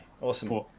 awesome